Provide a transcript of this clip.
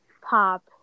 pop